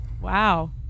Wow